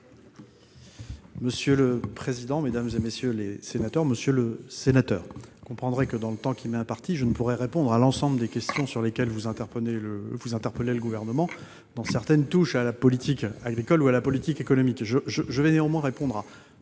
M. le secrétaire d'État auprès du ministre de l'intérieur. Monsieur le sénateur, vous comprendrez que, dans le temps qui m'est imparti, je ne pourrai répondre à l'ensemble des questions sur lesquelles vous interpellez le Gouvernement, dont certaines touchent à la politique agricole ou à la politique économique. Je vais néanmoins répondre à